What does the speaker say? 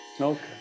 Okay